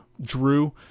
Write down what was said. Drew